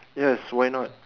yes why not